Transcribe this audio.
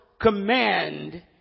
command